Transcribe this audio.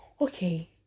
okay